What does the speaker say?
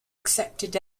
accepted